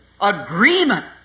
agreement